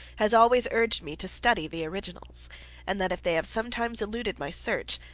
has always urged me to study the originals and that, if they have sometimes eluded my search,